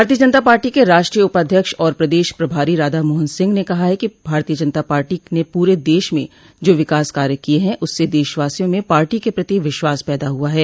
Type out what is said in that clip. भारतीय जनता पार्टी के राष्ट्रीय उपाध्यक्ष और प्रदेश प्रभारी राधा मोहन सिंह ने कहा है कि भारतीय जनता पार्टी ने पूरे देश में जो विकास कार्य किये हैं उससे देशवासियों में पार्टी के प्रति विश्वास पैदा हुआ है